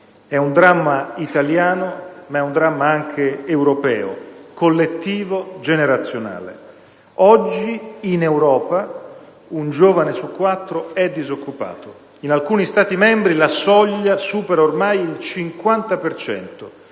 È un dramma italiano, ma è un dramma anche europeo, collettivo, generazionale. Oggi in Europa un giovane su quattro è disoccupato. In alcuni Stati membri la soglia supera ormai il 50